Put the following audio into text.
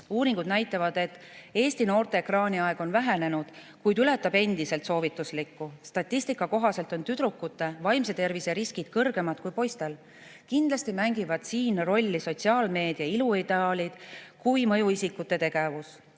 Uuringud näitavad, et Eesti noorte ekraaniaeg on vähenenud, kuid ületab endiselt soovituslikku. Statistika kohaselt on tüdrukute vaimse tervise riskid kõrgemad kui poistel. Kindlasti mängivad siin rolli nii sotsiaalmeedia iluideaalid kui ka mõjuisikute tegevus.